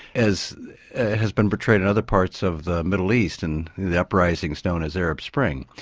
as has been portrayed in other parts of the middle east and the uprisings known as arab spring.